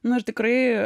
nu ir tikrai